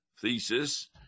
thesis